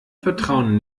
vertrauen